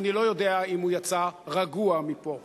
ואני לא יודע אם הוא יצא רגוע מפה.